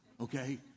Okay